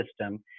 system